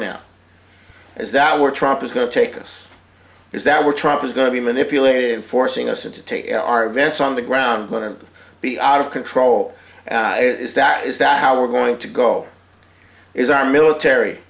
now is that we're trump is going to take us is that we're trying to is going to be manipulated in forcing us into take our vents on the ground whether it be out of control is that is that how we're going to go is our military